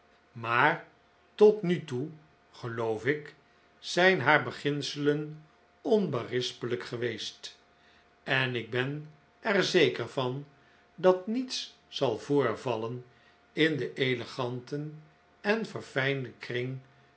maar tot nu toe geloof ik zijn haar beginselen onberispelijk geweest en ik ben er zeker van dat niets zal voorvallen in den eleganten en verfljnden kring